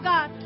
God